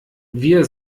wir